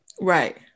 Right